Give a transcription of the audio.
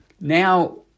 Now